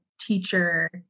teacher